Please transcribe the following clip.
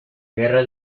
guerra